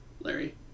Larry